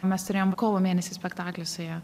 mes turėjom kovo mėnesį spektaklį su ja